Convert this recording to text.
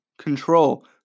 control